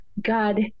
God